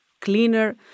cleaner